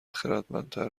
خردمندتر